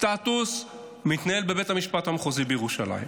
סטטוס: מתנהל בבית המשפט המחוזי בירושלים,